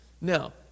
Now